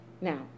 now